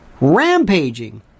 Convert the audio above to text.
rampaging